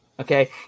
Okay